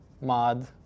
mod